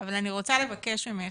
אבל אני רוצה לבקש ממך,